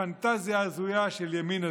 פנטזיה הזויה של ימין הזוי.